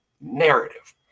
narrative